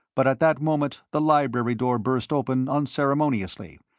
but at that moment the library door burst open unceremoniously,